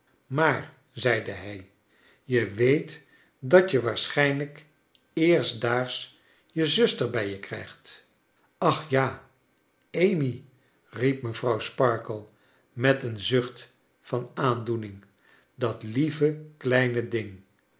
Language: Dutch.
maar zeide hij je weet dat je waarschijnlijk eerstdaags je zuster bij je krijgt ach ja amy riep mevrouw sparkler met een zucht van aandoening dat lieve kleine ding